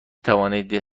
توانید